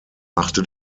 machte